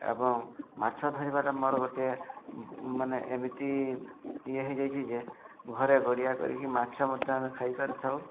ଏବଂ ମାଛ ଧରିବାଟା ମୋର ଗୋଟିଏ ମାନେ ଏମିତି ଇଏ ହେଇଯାଇଛି ଯେ ଘରେ ଗଡ଼ିଆ କରିକି ମାଛ ମଧ୍ୟ ଆମେ ଖାଇ ପାରିଥାଉ